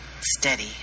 steady